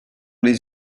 les